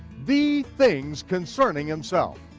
the things concerning himself.